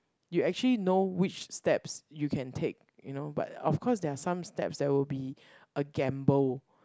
you actually know which steps you can take you know but of course there are some steps that will be a gamble